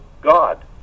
god